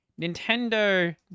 Nintendo